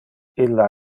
illa